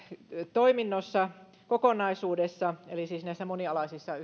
toiminnossa ja kokonaisuudessa eli siis näissä monialaisissa